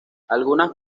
algunas